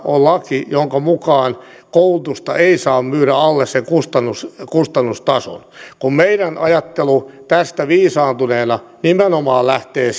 on laki jonka mukaan koulutusta ei saa myydä alle sen kustannustason meidän ajattelumme tästä viisastuneena nimenomaan lähtee